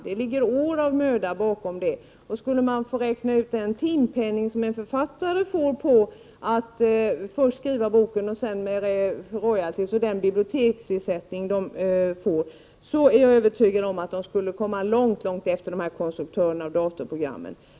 Det ligger år av möda bakom det. Skulle man räkna ut den timpenning, royalty och biblioteksersättning som en författare får för att skriva en bok är jag övertygad om att författaren kommer långt efter konstruktören av datorprogram.